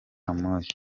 moya